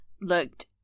looked